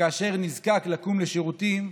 כאשר נזקק לקום לשירותים,